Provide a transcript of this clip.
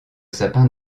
sapin